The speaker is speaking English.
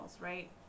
right